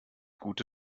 gute